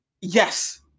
Yes